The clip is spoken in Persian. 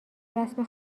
رسم